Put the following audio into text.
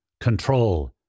control